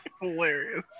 Hilarious